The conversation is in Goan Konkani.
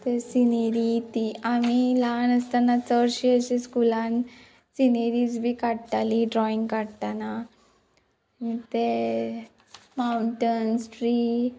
तें सिनेरी ती आमी ल्हान आसतना चडशी अशी स्कुलान सिनेरीज बी काडटाली ड्रॉइंग काडटना तें माउंटन्स ट्री